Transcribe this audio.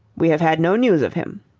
we have had no news of him,